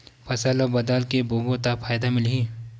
फसल ल बदल के बोबो त फ़ायदा मिलही?